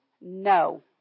no